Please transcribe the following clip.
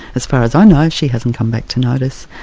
as far as i know, she hasn't come back to notice,